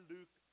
Luke